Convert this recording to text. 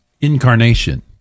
incarnation